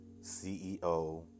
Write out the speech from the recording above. CEO